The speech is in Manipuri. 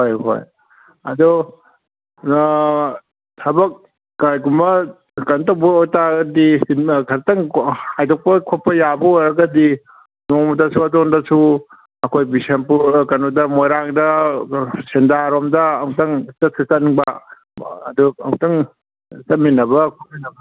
ꯍꯣꯏ ꯍꯣꯏ ꯑꯗꯨ ꯊꯕꯛ ꯀꯔꯤꯒꯨꯝꯕ ꯀꯩꯅꯣ ꯇꯧꯕ ꯑꯣꯏ ꯇꯥꯔꯒꯗꯤ ꯈꯤꯇꯪ ꯍꯥꯏꯗꯣꯛꯄ ꯈꯣꯠꯄ ꯌꯥꯕ ꯑꯣꯏꯔꯒꯗꯤ ꯅꯣꯡꯃꯇꯁꯨ ꯑꯗꯣꯝꯗꯁꯨ ꯑꯩꯈꯣꯏ ꯕꯤꯁꯦꯝꯄꯨꯔ ꯀꯩꯅꯣꯗ ꯃꯣꯏꯔꯥꯡꯗ ꯁꯦꯟꯗ꯭ꯔꯥꯔꯣꯝꯗ ꯑꯝꯇꯪ ꯆꯠꯁꯨ ꯆꯠꯅꯤꯡꯕ ꯑꯗꯨ ꯑꯝꯇꯪ ꯆꯠꯃꯤꯟꯅꯕ ꯈꯣꯠꯃꯤꯟꯅꯕ